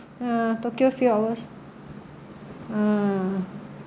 uh tokyo few hours ah